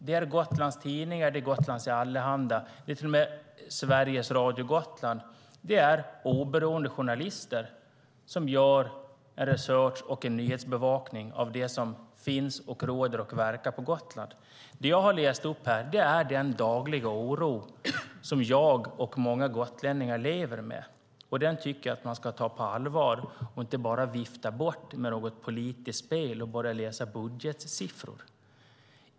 Det är Gotlands Tidningar, Gotlands Allehanda, Sveriges Radio Gotland och oberoende journalister som gör research och har en nyhetsbevakning av det som finns, råder och verkar på Gotland. Det jag har gett uttryck för här är den dagliga oro som jag och många gotlänningar lever med. Den tycker jag att man ska ta på allvar och inte bara vifta bort med något politiskt spel och med att läsa upp budgetsiffror.